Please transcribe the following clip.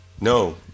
No